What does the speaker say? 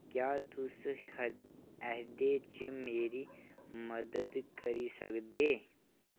क्या तुस एह्दे च मेरी मदद करी सकदे